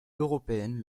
européenne